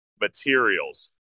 materials